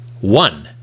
One